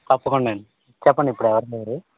తప్పకుండా అండి చెప్పండి ఇప్పుడు ఎవరు లేరు